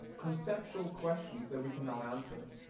conceptual questions that we can now answer.